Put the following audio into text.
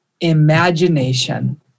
imagination